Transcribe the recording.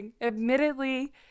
Admittedly